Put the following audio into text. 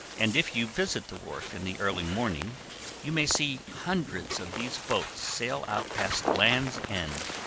and if you visit the wharf in the early morning you may see hundreds of these boats sail out past land's end,